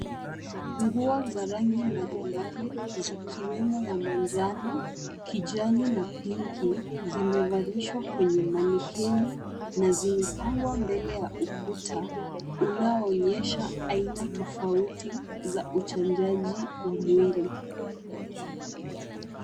Nguo za rangi mbalimbali zikiwemo ya manjano, kijani na pinki zimevalishwa kwenye manikeni na zimepangwa mbele ya ukuta unaoonyesha aina tofauti za uchanjaji wa mwili.